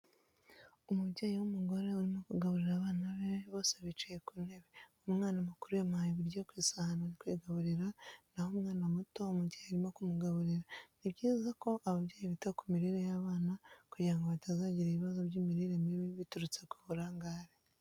Umubyeyi w'umugore urimo kugaburira abana be, bose bicaye ku ntebe. Umwana mukuru yamuhaye ibiryo ku isahane ari kwigaburira, naho umwana muto umubyeyi arimo kumugaburira. ni byiza ko ababyeyi bita ku mirire y'abana kugira ngo batazagira ibibazo by'imirire mibi biturutse ku burangare.